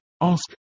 ask